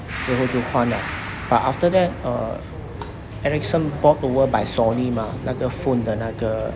之后就换 liao but after that uh ericsson bought over by sony mah 那个 phone 的那个